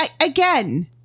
again